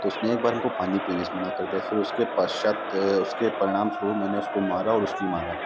तो उसने एक बार हमको पानी पीने से मना कर दिया फिर उसके पश्चात उसके परिणामस्वरूप मैंने उसको मारा और उसकी मारा